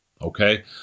okay